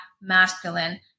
masculine